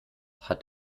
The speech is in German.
hat